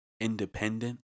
independent